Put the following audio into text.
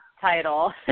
title